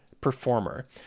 performer